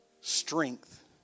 Strength